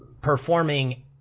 performing